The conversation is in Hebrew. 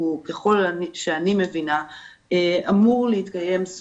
אני יודעת שיש הערכה תקציבית שאנחנו